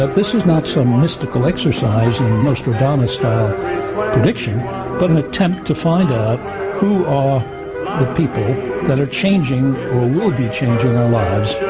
ah this is not some mystical exercise in nostradamus style prediction but an attempt to find out who are the people that are changing will be changing our lives